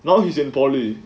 now he's in polytechnic